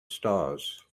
stars